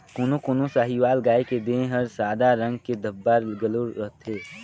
कोनो कोनो साहीवाल गाय के देह हर सादा रंग के धब्बा घलो रहथे